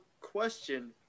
question